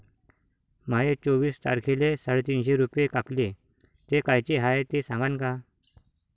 माये चोवीस तारखेले साडेतीनशे रूपे कापले, ते कायचे हाय ते सांगान का?